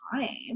time